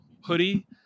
hoodie